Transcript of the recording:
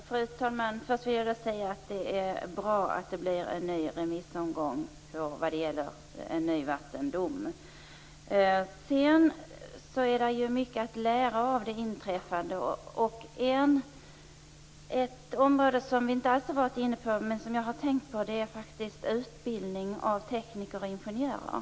Fru talman! Först vill jag säga att det är bra att det blir en ny remissomgång i fråga om en ny vattendom. Det finns mycket att lära av det inträffade. Ett område som vi inte alls har varit inne på men som jag har tänkt på är faktiskt utbildningen av tekniker och ingenjörer.